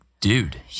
dude